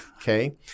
Okay